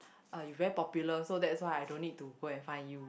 uh you very popular so that's why I don't need to go and find you